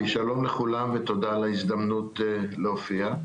שלום לכולם ותודה על ההזדמנות להופיע.